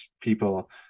people